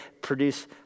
produce